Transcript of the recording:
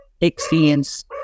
experience